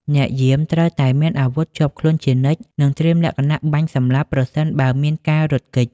អ្នកយាមត្រូវតែមានអាវុធជាប់ខ្លួនជានិច្ច និងត្រៀមលក្ខណៈបាញ់សម្លាប់ប្រសិនបើមានការរត់គេច។